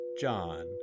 John